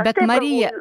bet marija